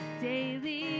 daily